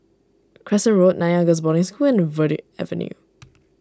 Crescent Road Nanyang Girls' Boarding School and Verde Avenue